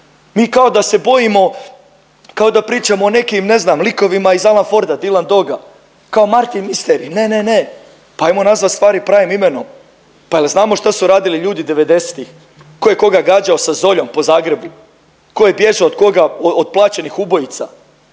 Mi kao da se bojimo, kao da pričamo o nekim ne znam likovima iz Alan Forda Dilan Doga, kao Martin Misteri ne, ne, ne, pa ajmo nazvat stvari pravim imenom, pa jel znamo šta su ljudi radili '90.-tih tko je koga gađao sa zoljom po Zagrebu, tko je bježao od koga od plaćenih ubojica,